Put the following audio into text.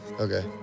Okay